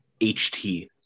HT